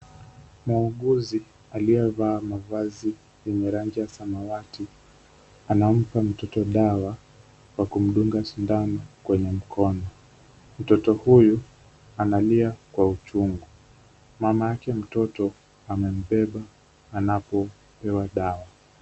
Muuguzi aliyevaa mavazi yenye rangi ya samawati, anampa mtoto dawa kwa kumdunga sindano kwenye mkono. Mtoto huyu analia kwa uchungu. Mamake mtoto amembeba anapo pewa dawa.